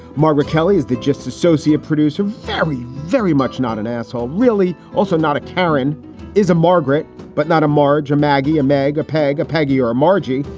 margaret kelly is the just associate producer, very, very much not an asshole, really. also not a karen is a margaret, but not a marge. a maggie. imag a peg, a peggy or margie.